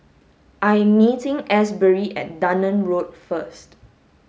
I am meeting Asbury at Dunearn Road first